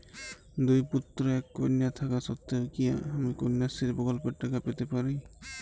দুই পুত্র এক কন্যা থাকা সত্ত্বেও কি আমি কন্যাশ্রী প্রকল্পে টাকা পেতে পারি?